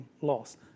loss